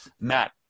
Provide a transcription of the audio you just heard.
Matt